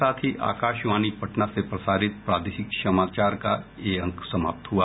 इसके साथ ही आकाशवाणी पटना से प्रसारित प्रादेशिक समाचार का ये अंक समाप्त हुआ